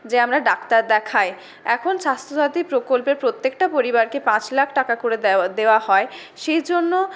আমরা ডাক্তার দেখাই এখন স্বাস্থ্যসাথী প্রকল্পে প্রত্যেকটা পরিবারকে পাঁচ লাখ টাকা করে দেওয়া দেওয়া হয় সেই জন্য